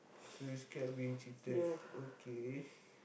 so you scared being cheated okay